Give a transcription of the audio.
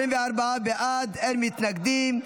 24 בעד, אין מתנגדים.